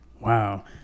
Wow